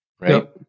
Right